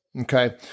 okay